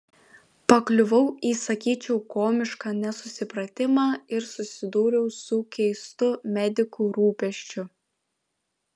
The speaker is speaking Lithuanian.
pakliuvau į sakyčiau komišką nesusipratimą ir susidūriau su keistu medikų rūpesčiu